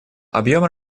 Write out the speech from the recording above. объем